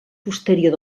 posterior